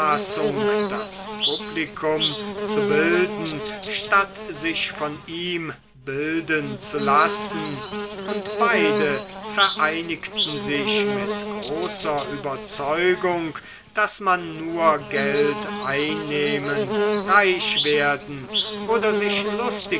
das publikum zu bilden statt sich von ihm bilden zu lassen und beide vereinigten sich mit großer überzeugung daß man nur geld einnehmen reich werden oder sich lustig